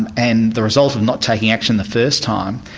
and and the result of not taking action the first time,